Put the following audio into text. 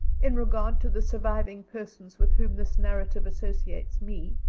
in regard to the surviving persons with whom this narrative associates me,